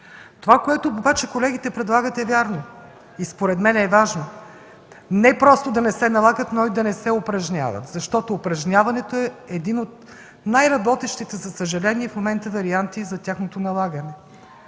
Това, което обаче предлагат колегите, е вярно и според мен е важно – да не се налагат, но и да не се упражняват, защото упражняването е един от най-работещите, за съжаление, варианти за тяхното налагане.